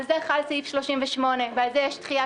על זה חל סעיף 38 ועל זה יש דחייה